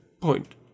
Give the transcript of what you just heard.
point